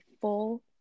full